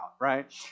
right